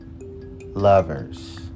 lovers